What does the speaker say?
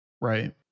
Right